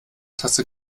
tasse